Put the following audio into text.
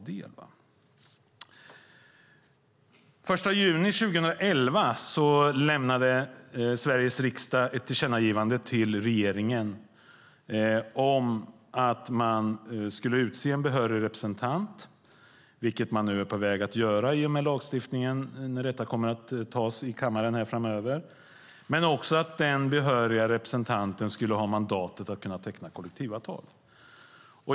Den 1 juni 2011 lämnade Sveriges riksdag ett tillkännagivande till regeringen om att en behörig representant skulle utses, vilket nu införs i den lagstiftning som ska antas i kammaren framöver. Tillkännagivandet innebar också att den behöriga representanten skulle ha mandat att teckna kollektivavtal.